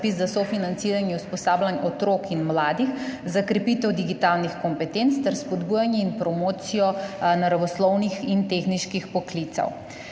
za sofinanciranje usposabljanj otrok in mladih za krepitev digitalnih kompetenc ter spodbujanje in promocijo naravoslovnih in tehniških poklicev.